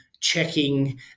checking